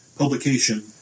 publication